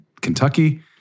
Kentucky